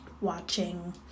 watching